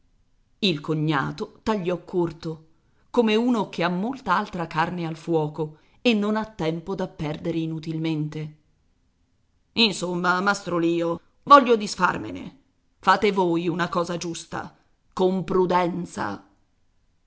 il cognato tagliò corto come uno che ha molta altra carne al fuoco e non ha tempo da perdere inutilmente insomma mastro lio voglio disfarmene fate voi una cosa giusta con prudenza